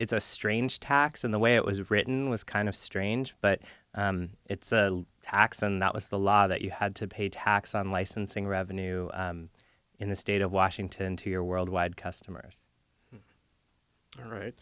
it's a strange tax in the way it was written was kind of strange but it's a tax and that was the law that you had to pay tax on licensing revenue in the state of washington to your worldwide customers